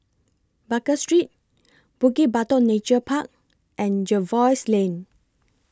Baker Street Bukit Batok Nature Park and Jervois Lane